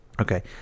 okay